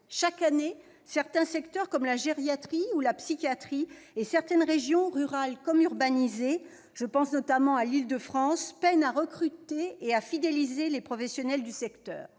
Chaque année, certains secteurs comme la gériatrie ou la psychiatrie et certaines régions, rurales ou urbaines, je pense notamment à l'Ile-de-France, peinent à recruter et à fidéliser les professionnels du secteur.